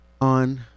on